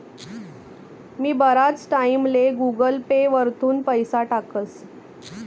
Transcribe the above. मी बराच टाईमले Google Pay वरथून पैसा टाकस